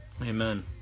Amen